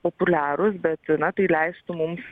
populiarūs bet na tai leistų mums